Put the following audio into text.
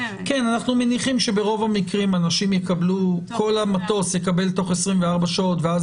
מניחים שברוב המקרים כל נוסעי המטוס יקבלו תוך 24 שעות ואז